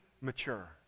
mature